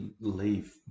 leave